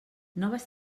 noves